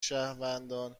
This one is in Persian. شهروندان